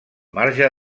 marge